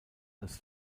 als